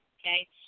okay